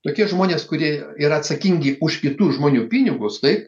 tokie žmonės kurie yra atsakingi už kitų žmonių pinigus taip